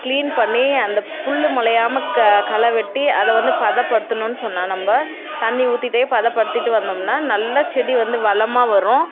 clean பண்ணி அந்த புல் மொளையாம க களை வெட்டி அதை வந்து பதப்படுத்தினோன்னு சொன்னால் நம்ம தண்ணி ஊத்திட்டே பதப்படுத்திக்கிட்டு வந்தோம்னா நல்லா செடி வந்து வளமாக வரும்